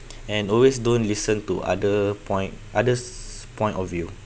and always don't listen to other point others point of view